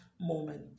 moment